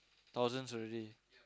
thousands already